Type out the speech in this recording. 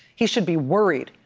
he should be worried,